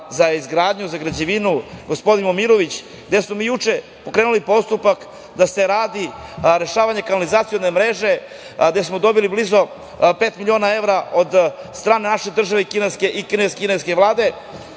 za izgradnju, za građevinu, gospodin Momirović, gde su juče pokrenuli postupak da se radi rešavanje kanalizacione mreže, gde smo dobili blizu pet miliona evra od strane naše države i kineske vlade.